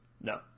No